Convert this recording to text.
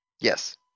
Yes